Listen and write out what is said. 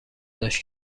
داشت